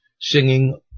singing